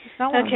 Okay